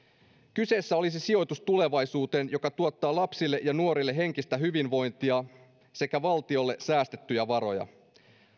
kyseessä olisi sijoitus tulevaisuuteen ja se tuottaa lapsille ja nuorille henkistä hyvinvointia sekä valtiolle säästettyjä varoja